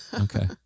Okay